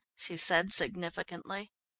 she said significantly.